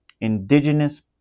Indigenous